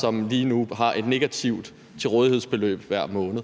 som lige nu har et negativt rådighedsbeløb hver måned.